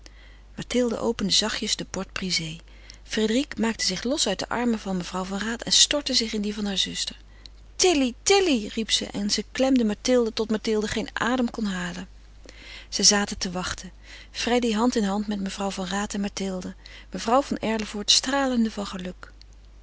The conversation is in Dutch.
mathilde opende zachtjes de porte-brisée frédérique maakte zich los uit de armen van mevrouw van raat en stortte zich in die harer zuster tilly tilly riep ze en ze klemde mathilde tot mathilde geen adem kon halen zij zaten te wachten freddy hand in hand met mevrouw van raat en mathilde mevrouw van erlevoort stralende van geluk